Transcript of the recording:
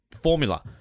formula